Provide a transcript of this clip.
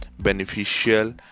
beneficial